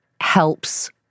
helps